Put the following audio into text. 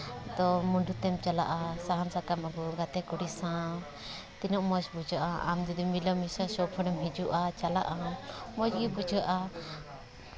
ᱛᱚ ᱢᱩᱸᱰᱩ ᱛᱮᱢ ᱪᱟᱞᱟᱜᱼᱟ ᱥᱟᱦᱟᱱ ᱥᱟᱠᱟᱢ ᱟᱹᱜᱩ ᱜᱟᱛᱮ ᱠᱩᱲᱤ ᱥᱟᱶ ᱛᱤᱱᱟᱹᱜ ᱢᱚᱡᱽ ᱵᱩᱡᱷᱟᱹᱜᱼᱟ ᱟᱢ ᱡᱩᱫᱤ ᱢᱤᱞᱟᱹᱢᱤᱥᱟᱹ ᱥᱚᱵ ᱦᱚᱲᱮᱢ ᱦᱤᱡᱩᱜᱼᱟ ᱪᱟᱞᱟᱜᱼᱟ ᱢᱚᱡᱽ ᱜᱮ ᱵᱩᱡᱷᱟᱹᱜᱼᱟ